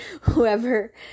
Whoever